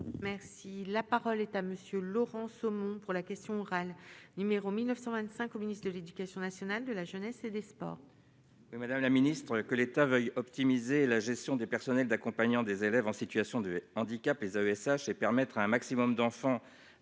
Merci, la parole est à monsieur Laurent Somon pour la question orale numéro 1925 au ministre de l'Éducation nationale de la jeunesse et des Sports. Madame la ministre, que l'État veuille optimiser la gestion des personnels d'accompagnants des élèves en situation de handicap, les AESH et permettre à un maximum d'enfants,